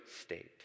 state